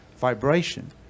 vibration